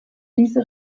diese